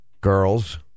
Girls